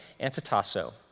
antitasso